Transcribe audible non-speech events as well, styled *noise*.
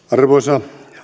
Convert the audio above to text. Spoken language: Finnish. *unintelligible* arvoisa